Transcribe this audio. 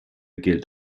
gilt